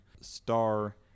Star